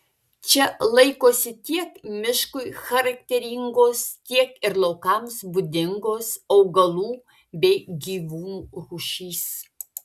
čia laikosi tiek miškui charakteringos tiek ir laukams būdingos augalų bei gyvūnų rūšys